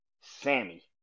Sammy